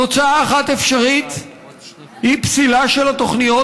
תוצאה אחת אפשרית היא פסילה של התוכניות